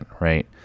right